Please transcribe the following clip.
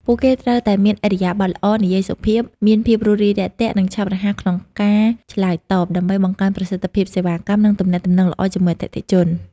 ពួកគេត្រូវតែមាន ឥរិយាបថល្អ និយាយសុភាព មានភាពរួសរាយរាក់ទាក់ និងឆាប់រហ័សក្នុងការឆ្លើយតប ដើម្បីបង្កើនប្រសិទ្ធភាពសេវាកម្ម និងទំនាក់ទំនងល្អជាមួយអតិថិជន។